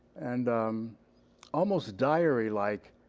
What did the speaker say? and um almost diary-like,